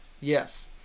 yes